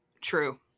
True